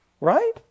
Right